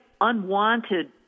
unwanted